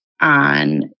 on